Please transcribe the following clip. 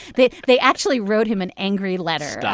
they they actually wrote him an angry letter.